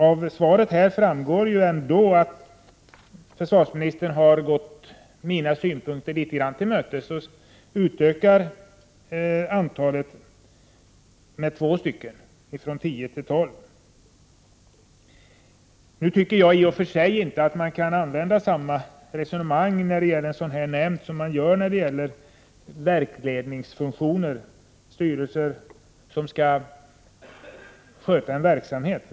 Av svaret framgår ändå att försvarsministern i viss mån går mina synpunkter till mötes och utökar antalet ledamöter i nämnden med två, från tio till tolv. Jag tycker i och för sig inte att man kan föra samma resonemang när det gäller en sådan här nämnd som när det gäller verksledningsfunktioner, styrelser som skall sköta en verksamhet.